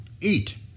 eat